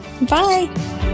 Bye